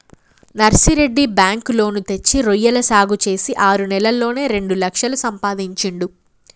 Narsireddy bank loan తెచ్చి రొయ్యల సాగు చేసి ఆరు నెలల్లోనే రెండు లక్షలు సంపాదించిండు